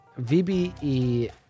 VBE